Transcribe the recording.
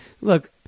look